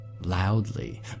loudly